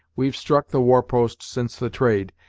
we've struck the war-post since the trade,